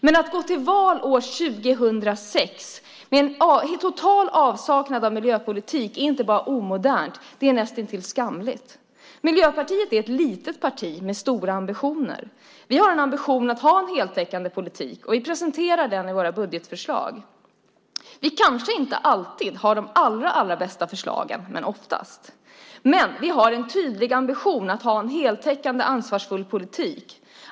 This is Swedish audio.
Men att gå till val år 2006 med en total avsaknad av miljöpolitik är inte bara omodernt - det är näst intill skamligt. Miljöpartiet är ett litet parti med stora ambitioner. Vi har en ambition att ha en heltäckande politik, och vi presenterar den i våra budgetförslag. Vi kanske inte alltid har de allra bästa förslagen, men oftast har vi det. Vi har däremot en tydlig ambition att ha en heltäckande, ansvarsfull politik.